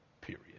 period